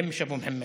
(אומר בערבית: לא נורא, אבו מוחמד.)